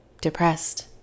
depressed